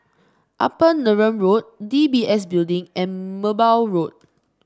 Upper Neram Road DBS Building and Merbau Road